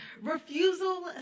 Refusal